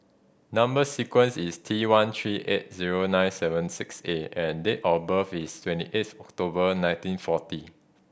number sequence is T one three eight zero nine seven six A and date of birth is twenty eighth October nineteen forty